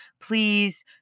please